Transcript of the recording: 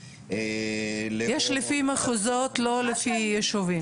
יש לפי מחוזות, לא לפי יישובים.